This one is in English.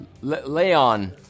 Leon